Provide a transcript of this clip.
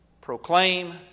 proclaim